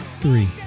three